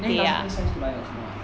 then it doesn't make sense to buy a car [what]